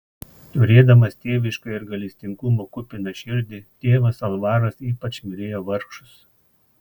turėdamas tėvišką ir gailestingumo kupiną širdį tėvas alvaras ypač mylėjo vargšus